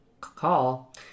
call